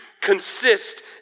consist